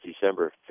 December